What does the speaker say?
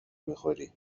میخوری